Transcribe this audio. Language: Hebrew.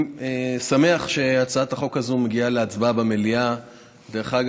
חבר הכנסת יואב קיש, בבקשה.